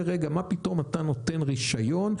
מה פתאום אתה נותן רישיון,